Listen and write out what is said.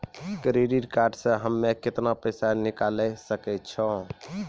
Credit card से हम्मे केतना पैसा निकाले सकै छौ?